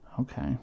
okay